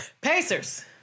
pacers